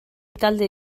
talde